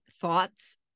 thoughts